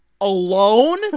alone